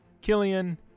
Killian